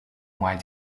mois